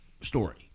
Story